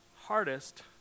hardest